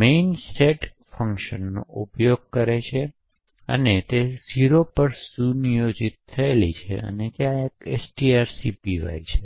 main set ફંકશનનો ઉપયોગ કરીને 0 પર સુયોજિત થયેલ છે અને ત્યાં એક strcpy છે